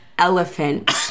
elephant